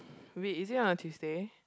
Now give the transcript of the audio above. wait is it on a Tuesday